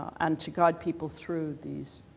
and to guide people through these